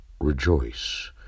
rejoice